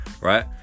right